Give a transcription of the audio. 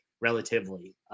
relatively